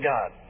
God